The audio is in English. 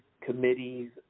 committees